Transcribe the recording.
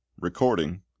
recording